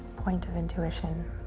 point of intuition.